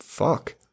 fuck